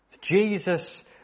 Jesus